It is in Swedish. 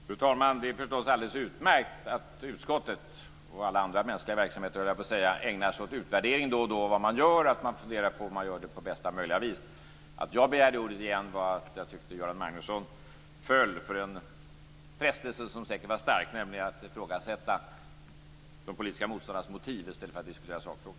Fru talman! Det är förstås alldeles utmärkt att utskottet och alla andra mänskliga verksamheter då och då ägnar sig åt utvärdering av vad man gör och att man funderar på om man gör det på bästa vis. Att jag begärde ordet igen var för att jag tycker att Göran Magnusson föll för en frestelse som säkert var stark, nämligen att ifrågasätta de politiska motståndarnas motiv i stället för att diskutera sakfrågan.